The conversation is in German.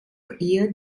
ihr